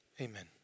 amen